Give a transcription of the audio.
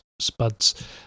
Spuds